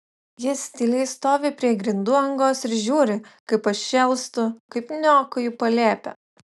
jis tyliai stovi prie grindų angos ir žiūri kaip aš šėlstu kaip niokoju palėpę